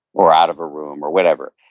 or out of a room, or whatever,